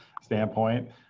standpoint